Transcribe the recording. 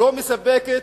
לא מספקת?